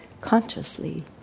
consciously